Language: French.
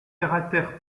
caractères